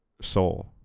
soul